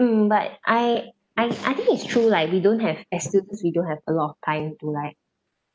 mm but I I I think it's true like we don't have as students we don't have a lot of time to like